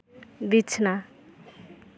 ᱵᱤᱪᱷᱱᱟ